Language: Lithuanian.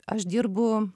aš dirbu